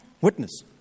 witness